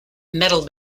metal